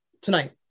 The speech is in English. tonight